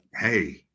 hey